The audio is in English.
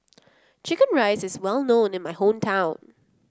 chicken rice is well known in my hometown